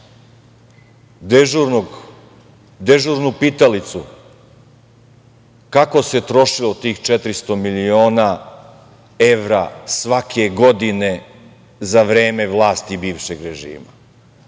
dežurnu pitalicu kako se trošilo tih 400 milina evra svake godine za vreme vlasti bivšeg režima